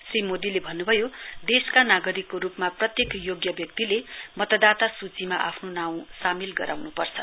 श्री मोदीले भन्न्भयो देशका नागरिकको रुपमा प्रत्येक योग्य व्यक्तिले मतदाता सूचीमा आफ्नो नाउँ सामेल गराउन्पर्छ